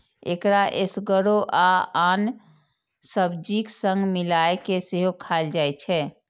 एकरा एसगरो आ आन सब्जीक संग मिलाय कें सेहो खाएल जाइ छै